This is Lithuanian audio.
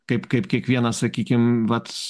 kaip kaip kiekvienas sakykim vat